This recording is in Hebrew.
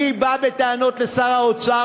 אני בא בטענות לשר האוצר,